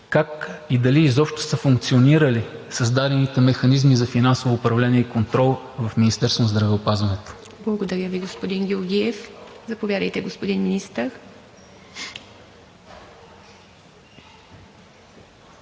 как и дали изобщо са функционирали създадените механизми за финансово управление и контрол в Министерството на здравеопазването? ПРЕДСЕДАТЕЛ ИВА МИТЕВА: Благодаря Ви, господин Георгиев. Заповядайте, господин Министър.